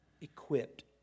equipped